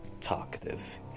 talkative